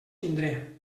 tindré